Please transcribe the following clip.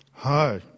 Hi